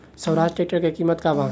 Swaraj tractor के किमत का बा?